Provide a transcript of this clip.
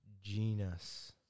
genus